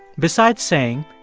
besides saying,